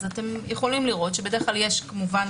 אתם יכולים לראות שבדרך כלל יש כמובן